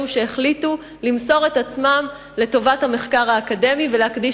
שהחליטו למסור את עצמם לטובת המחקר האקדמי ולהקדיש